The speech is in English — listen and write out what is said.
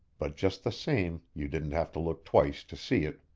but just the same you didn't have to look twice to see it.